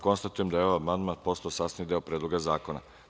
Konstatujem da je ovaj amandman postao sastavni deo Predloga zakona.